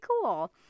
cool